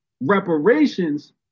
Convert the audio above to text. reparations